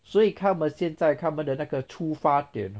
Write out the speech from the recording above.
所以他们现在他么的那个出发点